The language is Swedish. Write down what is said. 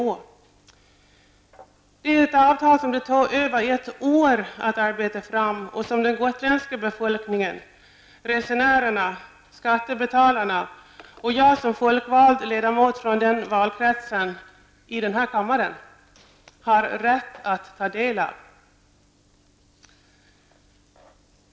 Det gäller ett avtal som det tog över ett år att arbeta fram och som den gotländska befolkningen, resenärer, skattebetalare och jag som folkvald ledamot från den valkretsen och av denna kammare har rätt att ta del av.